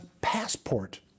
passport